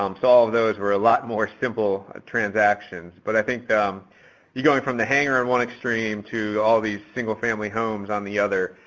um so, all of those were a lot more simple transactions. but i think you're going from the hangar on one extreme to all these single-family homes on the other.